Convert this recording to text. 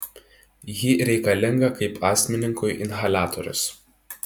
ji reikalinga kaip astmininkui inhaliatorius